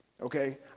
Okay